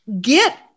Get